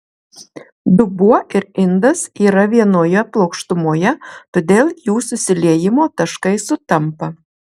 dubuo ir indas yra vienoje plokštumoje todėl jų susiliejimo taškai sutampa